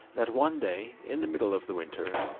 that one day, in the middle of the winter,